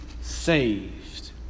saved